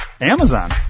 Amazon